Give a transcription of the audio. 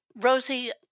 Rosie